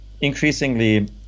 increasingly